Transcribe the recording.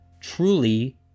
truly